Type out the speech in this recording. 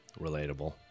Relatable